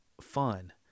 fun